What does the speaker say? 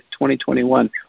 2021